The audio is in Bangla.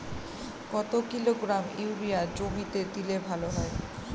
কত কিলোগ্রাম ইউরিয়া জমিতে দিলে ভালো হয়?